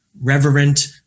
reverent